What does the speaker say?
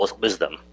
wisdom